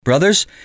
Brothers